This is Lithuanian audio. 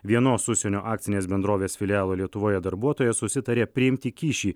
vienos užsienio akcinės bendrovės filialo lietuvoje darbuotojas susitarė priimti kyšį